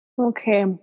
Okay